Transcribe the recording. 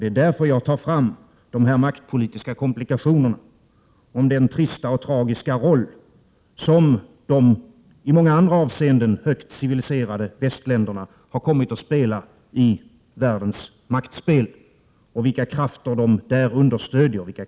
Det är därför jag tar fram de här maktpolitiska komplikationerna, det är därför jag pekar på den trista och tragiska roll som de i många avseenden högt civiliserade västländerna har kommit att spela i världens maktspel och vilka krafter de där understöder och representerar.